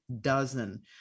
dozen